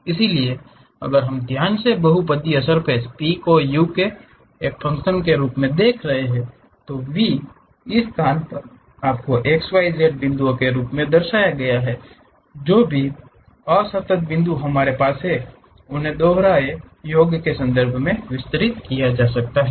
इसलिए अगर हम ध्यान से बहुपदीय सर्फ़ेस P को u के एक फंकशनके रूप में देख रहे हैं तो v इस स्थान पर आपके x y z बिंदुओं के रूप में दर्शाया गया है जो भी असतत बिंदु हमारे पास हैं उन्हें दोहरे योग के संदर्भ में विस्तारित किया जा सकता है